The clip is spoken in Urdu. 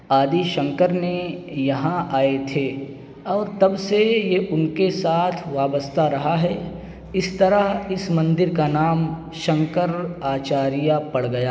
آدی شنکر نے یہاں آئے تھے اور تب سے یہ ان کے ساتھ وابستہ رہا ہے اس طرح اس مندر کا نام شنکر آچاریہ پڑ گیا